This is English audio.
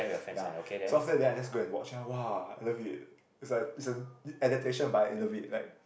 ya so after that then I just go and watch ah [wah] I love it's a it's a adaptation but I love it like